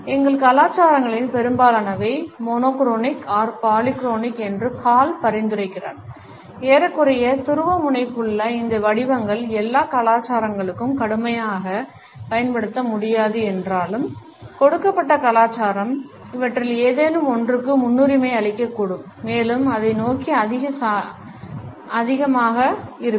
எங்கள் கலாச்சாரங்களில் பெரும்பாலானவை monochronic or polychronic என்று Hall பரிந்துரைக்கிறார் ஏறக்குறைய துருவமுனைப்புள்ள இந்த வடிவங்கள் எல்லா கலாச்சாரங்களுக்கும் கடுமையாகப் பயன்படுத்த முடியாது என்றாலும் கொடுக்கப்பட்ட கலாச்சாரம் இவற்றில் ஏதேனும் ஒன்றுக்கு முன்னுரிமை அளிக்கக்கூடும் மேலும் அதை நோக்கி அதிக சாய்வாக இருக்கும்